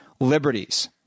liberties